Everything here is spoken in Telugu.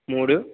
మూడు